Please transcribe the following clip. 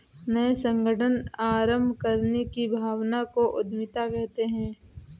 नये संगठन आरम्भ करने की भावना को उद्यमिता कहते है